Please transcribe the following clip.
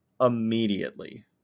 immediately